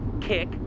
kick